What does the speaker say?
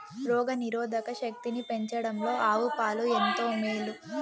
రోగ నిరోధక శక్తిని పెంచడంలో ఆవు పాలు ఎంతో మేలు